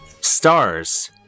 stars